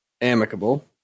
amicable